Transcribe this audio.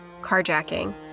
carjacking